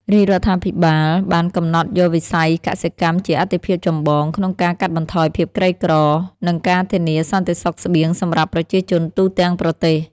រាជរដ្ឋាភិបាលបានកំណត់យកវិស័យកសិកម្មជាអាទិភាពចម្បង ក្នុងការកាត់បន្ថយភាពក្រីក្រ និងការធានាសន្តិសុខស្បៀងសម្រាប់ប្រជាជនទូទាំងប្រទេស។